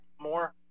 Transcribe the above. more